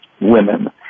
women